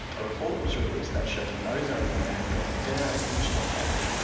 a report was released that showed the ozone layer had gotten thinner at each of the poles,